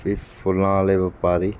ਫਿਰ ਫੁੱਲਾਂ ਵਾਲੇ ਵਪਾਰੀ